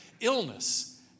illness